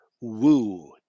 woo